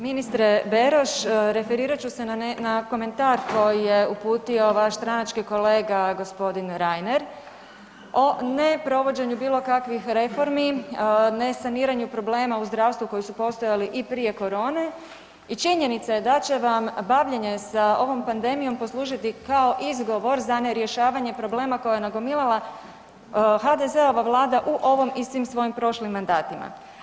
Ministre Beroš, referirat ću se na komentar koji je uputio vaš stranački kolega g. Reiner o neprovođenju bilo kakvih reformi nesaniranju problema u zdravstvu koji su postojali i prije korone i činjenica je da će vam bavljenje sa ovom pandemijom poslužiti kao izgovor za nerješavanje problema koje je nagomilala HDZ-ova vlada u ovom i svim svojim prošlim mandatima.